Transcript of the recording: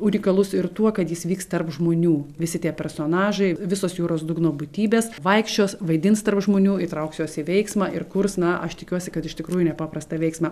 unikalus ir tuo kad jis vyks tarp žmonių visi tie personažai visos jūros dugno būtybės vaikščios vaidins tarp žmonių įtrauks juos į veiksmą ir kurs na aš tikiuosi kad iš tikrųjų nepaprastą veiksmą